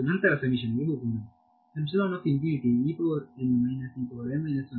ಮತ್ತು ನಂತರ ಸಮೇಶನ್ ಗೇ ಹೋಗೋಣ